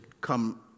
come